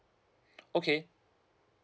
okay